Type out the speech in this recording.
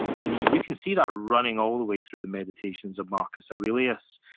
and you can see that running all the way through the meditations of marcus aurelius,